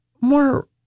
more